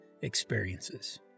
experiences